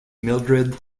mildrid